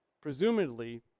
presumably